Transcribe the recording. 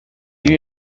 you